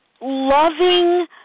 loving